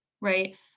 right